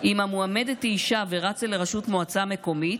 אם המועמדת היא אישה ורצה לראשות מועצה מקומית,